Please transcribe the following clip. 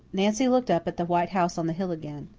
nancy looked up at the white house on the hill again.